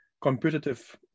competitive